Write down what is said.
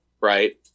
right